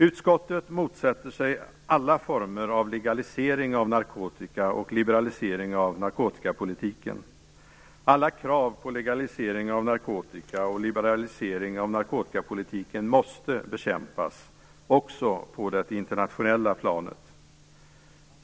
Utskottet motsätter sig alla former av legalisering av narkotika och liberalisering av narkotikapolitiken. Alla krav på legalisering av narkotika och liberalisering av narkotikapolitiken måste bekämpas, också på det internationella planet.